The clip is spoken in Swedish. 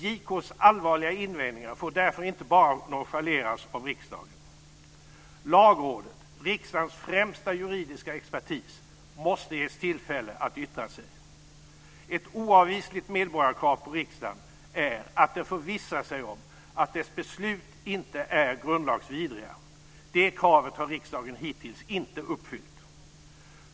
JK:s allvarliga invändningar får därför inte bara nonchaleras av riksdagen. Lagrådet - riksdagens främsta juridiska expertis - måste ges tillfälle att yttra sig. Ett oavvisligt medborgarkrav på riksdagen är att den förvissar sig om att dess beslut inte är grundlagsvidriga. Det kravet har riksdagen hittills inte uppfyllt.